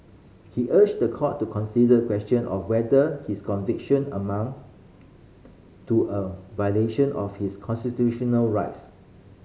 he urged the court to consider the question of whether his conviction amounted to a violation of his constitutional rights